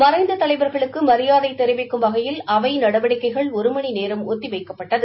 மறைந்த தலைவர்களுக்கு மரியாதை தெரிவிக்கும் வகையில் அவை நடவடிக்கைகள் ஒரு மணி நேரம் ஒத்தி வைக்கப்பட்டது